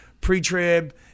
pre-trib